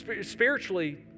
spiritually